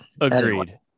Agreed